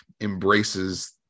embraces